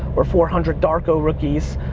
or four hundred darko rookies,